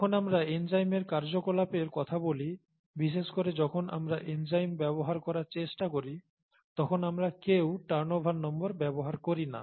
যখন আমরা এনজাইমের কার্যকলাপের কথা বলি বিশেষ করে যখন আমরা এনজাইম ব্যবহার করার চেষ্টা করি তখন আমরা কেউ টার্নওভার নম্বর ব্যবহার করি না